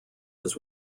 his